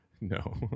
No